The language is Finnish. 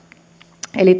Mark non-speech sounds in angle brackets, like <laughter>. eli <unintelligible>